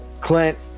clint